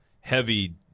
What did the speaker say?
heavy